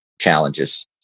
challenges